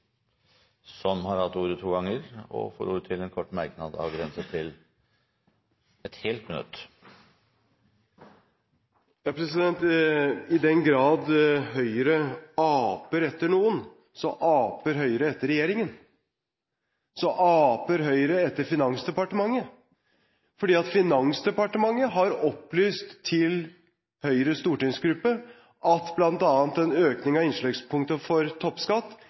Sanner har hatt ordet to ganger tidligere og får ordet til en kort merknad, begrenset til 1 minutt. I den grad Høyre aper etter noen, så aper Høyre etter regjeringen, etter Finansdepartementet, fordi Finansdepartementet har opplyst til Høyres stortingsgruppe at bl.a. en økning av innslagspunktet for toppskatt